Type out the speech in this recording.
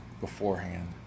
beforehand